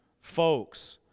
folks